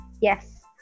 yes